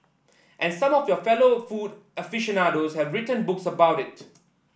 and some of your fellow food aficionados have written books about it